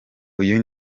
uyu